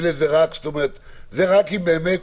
אני אומרת,